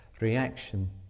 reaction